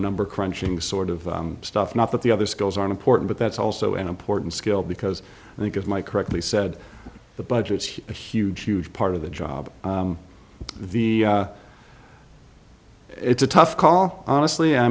number crunching sort of stuff not that the other skills are important but that's also an important skill because i think of my correctly said the budgets are huge huge part of the the job it's a tough call honestly i